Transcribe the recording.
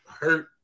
hurt